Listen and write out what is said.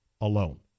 alone